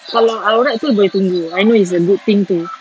kalau aurat tu boleh tunggu I know it's a good thing to